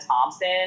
Thompson